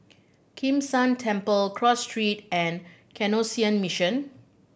Kim San Temple Cross Street and Canossian Mission